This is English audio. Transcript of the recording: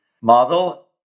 model